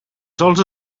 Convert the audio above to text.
sols